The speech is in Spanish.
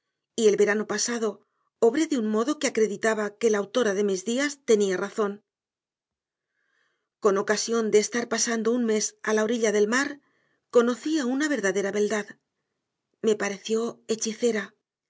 y el verano pasado obré de un modo que acreditaba que la autora de mis días tenía razón con ocasión de estar pasando un mes a la orilla del mar conocí a una verdadera beldad me pareció hechicera